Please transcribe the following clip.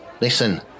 listen